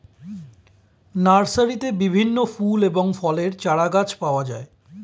নার্সারিতে বিভিন্ন ফুল এবং ফলের চারাগাছ পাওয়া যায়